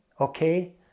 okay